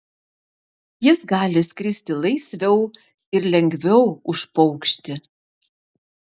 jis gali skristi laisviau ir lengviau už paukštį